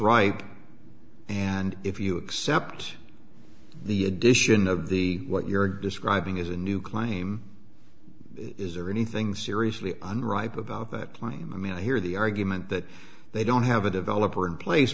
ripe and if you accept the addition of the what you're describing is a new claim is there anything seriously unripe about that claim i mean i hear the argument that they don't have a developer in place